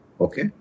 Okay